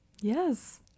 Yes